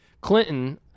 Clinton